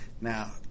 Now